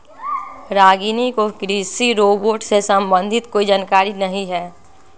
रागिनी को कृषि रोबोट से संबंधित कोई जानकारी नहीं है